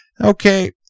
Okay